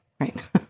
right